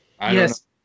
Yes